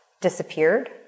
disappeared